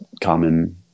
common